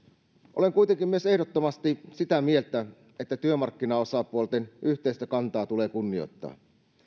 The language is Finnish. olen kuitenkin myös ehdottomasti sitä mieltä että työmarkkinaosapuolten yhteistä kantaa tulee kunnioittaa